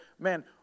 man